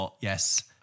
yes